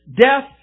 death